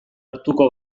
hartuko